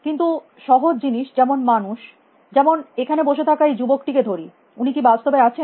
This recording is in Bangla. কিন্তু সহজ জিনিস যেমন মানুষ যেমন এখানে বসে থাকা এই যুবকটি কে ধরি উনি কী বাস্তবে আছেন